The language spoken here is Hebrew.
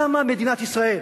קמה מדינת ישראל.